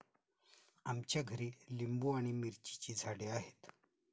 आमच्या घरी लिंबू आणि मिरचीची झाडे आहेत